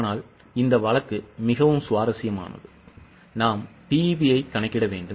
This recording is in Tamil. ஆனால் இந்த வழக்கு மிகவும் சுவாரஸ்யமானது நாம் BEP ஐக் கணக்கிட வேண்டும்